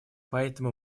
поэтому